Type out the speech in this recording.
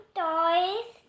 toys